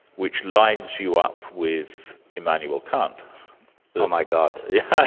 which lines you up with immanuel kant. oh my god. yeah